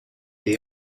they